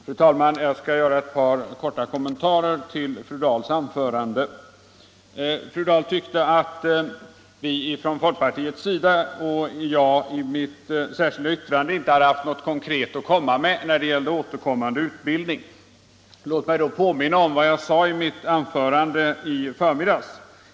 Fru talman! Jag skall göra ett par korta kommentarer till fru Dahls anförande. Fru Dahl tyckte att vi från folkpartiets sida och jag i mitt särskilda yttrande inte haft något konkret att komma med när det gäller återkommande utbildning. Låt mig då påminna om vad jag sade i mitt anförande i förmiddags.